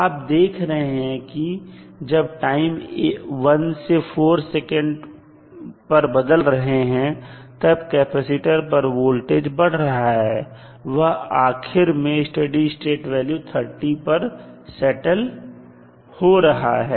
आप देख रहे हैं कि जब टाइम 1 से 4 बदल रहे हैं तब कैपेसिटर पर वोल्टेज बढ़ रहा है और वह आखिर में स्टेडी स्टेट वैल्यू 30 volt पर सेटल हो रहा है